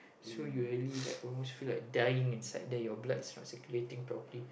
so you really like almost feel like dying inside there your blood not circulating properly